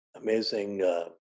amazing